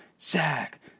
Zach